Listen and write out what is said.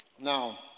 Now